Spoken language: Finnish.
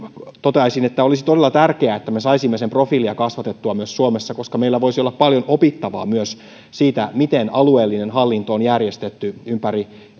toteaisin että olisi todella tärkeää että me saisimme sen profiilia kasvatettua myös suomessa koska meillä voisi olla paljon opittavaa myös siitä miten alueellinen hallinto on järjestetty ympäri